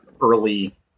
early